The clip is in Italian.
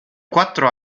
quattro